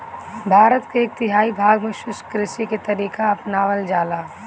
भारत के एक तिहाई भाग में शुष्क कृषि के तरीका अपनावल जाला